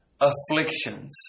afflictions